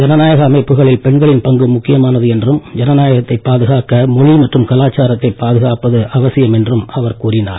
ஜனநாயக அமைப்புகளில் பெண்களின் பங்கு முக்கியமானது என்றும் ஜனநாயகத்தை பாதுகாக்க மொழி மற்றும் கலாச்சாரத்தை பாதுகாப்பது அவசியம் என்றும் அவர் கூறினார்